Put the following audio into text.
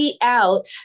out